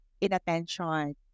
inattention